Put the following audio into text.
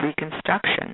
reconstruction